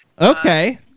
Okay